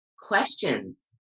questions